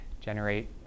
generate